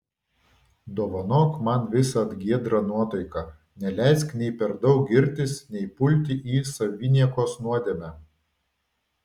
dovanok man visad giedrą nuotaiką neleisk nei per daug girtis nei pulti į saviniekos nuodėmę